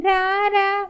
Rara